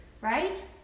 right